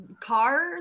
cars